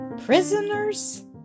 Prisoners